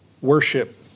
worship